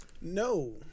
no